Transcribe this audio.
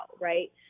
right